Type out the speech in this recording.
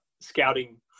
scouting